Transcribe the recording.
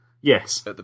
Yes